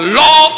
law